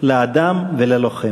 לאדם וללוחם.